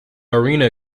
arena